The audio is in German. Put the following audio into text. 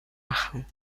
machen